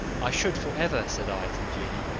i should for ever, said i to the genie,